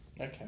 Okay